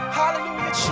hallelujah